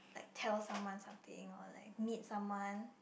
like tell someone something or like meet someone